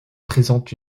présente